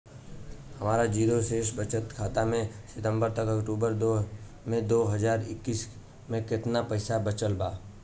हमार जीरो शेष बचत खाता में सितंबर से अक्तूबर में दो हज़ार इक्कीस में केतना पइसा बचल बा?